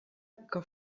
que